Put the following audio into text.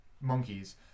monkeys